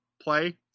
play